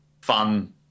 fun